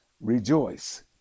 rejoice